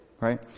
right